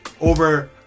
over